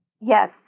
Yes